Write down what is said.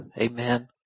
Amen